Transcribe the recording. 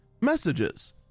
messages